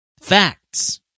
Facts